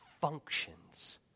functions